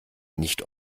nicht